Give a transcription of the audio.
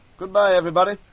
goodbye, everybody.